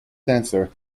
dancer